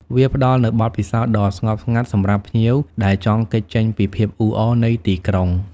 វាផ្តល់នូវបទពិសោធន៍ដ៏ស្ងប់ស្ងាត់សម្រាប់ភ្ញៀវដែលចង់គេចចេញពីភាពអ៊ូអរនៃទីក្រុង។